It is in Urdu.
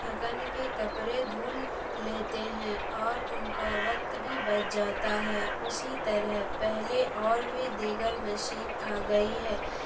تھکن کے کپڑے دھو لیتے ہیں اور ان کا وقت بھی بچ جاتا ہے اسی طرح پہلے اور بھی دیگر مشین آ گئی ہے